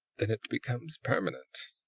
then it becomes permanent.